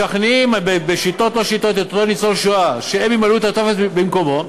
משכנעים בשיטות-לא-שיטות את אותו ניצול שואה שהם ימלאו את הטופס במקומו,